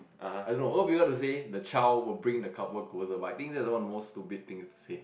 I don't know a lot of people like to say the child will bring the couple closer but I think that is one of the most stupid things to say